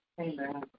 Amen